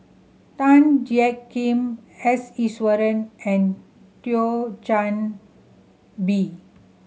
Tan Jiak Kim S Iswaran and Thio Chan Bee